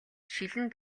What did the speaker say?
шилэн